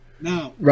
Now